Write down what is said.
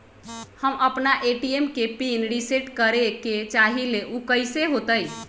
हम अपना ए.टी.एम के पिन रिसेट करे के चाहईले उ कईसे होतई?